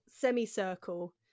semicircle